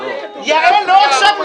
------ יעל, לא עכשיו.